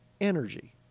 Energy